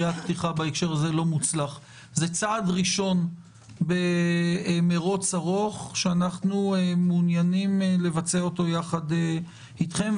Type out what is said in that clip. זה צעד ראשון במרוץ ארוך שאנחנו מעוניינים לבצע אותו ביחד אתכם.